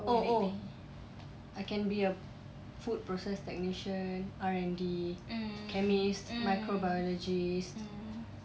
oh oh I can be a food process technician R&D chemist microbiologist